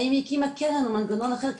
האם היא הקימה קרן למנגנון אחר,